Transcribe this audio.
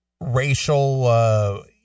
racial